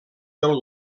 del